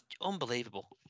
Unbelievable